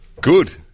Good